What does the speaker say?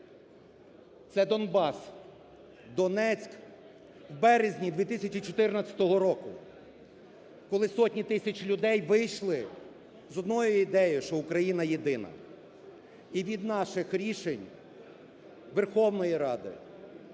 Це Донбас. Донецьк у березні 2014 року, коли сотні тисяч людей вийшли з одною ідеєю, що Україна єдина. І від наших рішень Верховної Ради